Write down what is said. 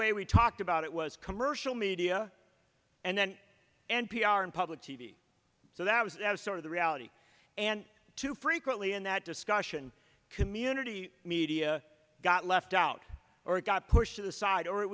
way we talked about it was commercial media and then n p r and public t v so that was sort of the reality and too frequently in that discussion community media got left out or got pushed to the side or it